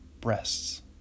breasts